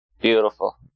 Beautiful